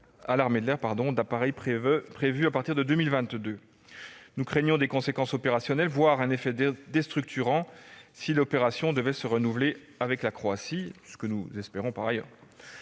à l'armée de l'air d'appareils neufs prévues à partir de 2022. Nous craignons des conséquences opérationnelles, voire un effet déstructurant si l'opération devait se renouveler avec la Croatie, ce que nous espérons par ailleurs.